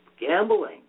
gambling